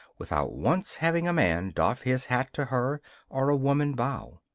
without once having a man doff his hat to her or a woman bow.